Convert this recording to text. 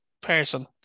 person